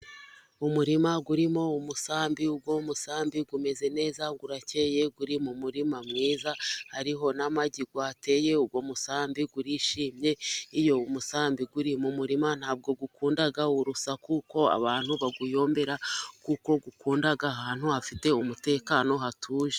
Umurima urimo umusambi, uwo musambi umeze neza urakeye uri mu murima mwiza, hariho n'amagi wateye, uwo musambi urishimye, iyo umusambi uri mu murima ntabwo ukunda urusaku ko abantu bawuyombera, kuko ukunda ahantu hafite umutekano hatuje.